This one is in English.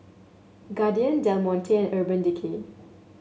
Guardian Del Monte Urban Decay